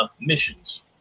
missions